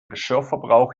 geschirrverbrauch